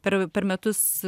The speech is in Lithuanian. per per metus